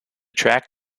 track